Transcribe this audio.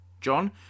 John